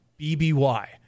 BBY